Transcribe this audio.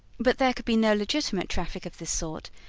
but there could be no legitimate traffic of this sort,